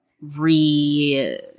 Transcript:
re –